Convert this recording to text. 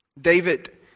David